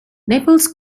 naples